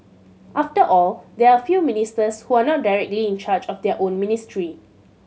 after all there are a few ministers who are not directly in charge of their own ministry